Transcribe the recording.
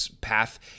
path